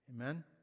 Amen